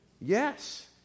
yes